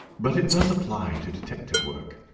but it does apply to detective work.